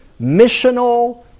missional